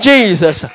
Jesus